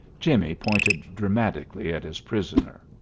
jimmie pointed dramatically at his prisoner.